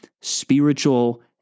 spiritual